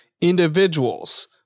individuals